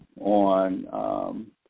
on